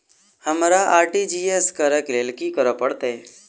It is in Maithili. हमरा आर.टी.जी.एस करऽ केँ लेल की करऽ पड़तै?